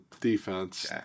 defense